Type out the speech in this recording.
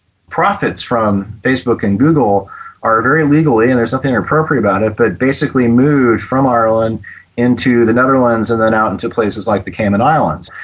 profits from facebook and google are very legally and there's nothing inappropriate about it but basically moved from ireland into the netherlands and then out into places like the cayman islands.